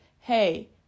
Hey